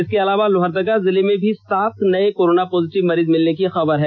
इसके अलावा लोहरदगा जिले में भी सात नये कोरोना पॉजिटिव मरीज मिलने की खबर है